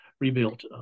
rebuilt